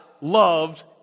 loved